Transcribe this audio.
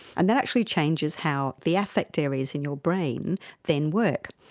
and that actually changes how the affect areas in your brain then work.